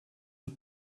the